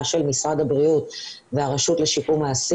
של משרד הבריאות והרשות לשיקום האסיר.